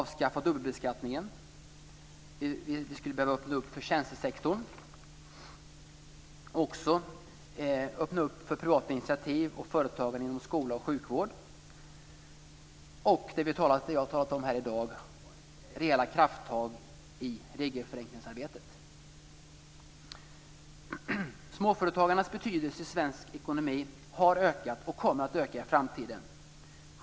Vi behöver · öppna för privata initiativ och företagande inom skola och sjukvård och, det jag har talat om i dag, · ta rejäla krafttag i regelförenklingsarbetet. Småföretagarnas betydelse i svensk ekonomi har ökat och kommer att öka i framtiden.